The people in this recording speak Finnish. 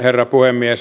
herra puhemies